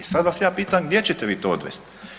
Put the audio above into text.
E sad vas ja pitam, gdje ćete vi to odvesti?